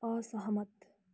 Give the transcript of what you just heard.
असहमत